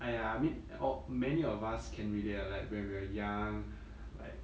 !aiya! I mean or many of us can relate ah like when we are young like